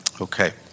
Okay